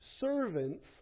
servants